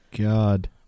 God